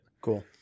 Cool